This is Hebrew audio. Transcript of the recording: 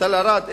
תל-ערד,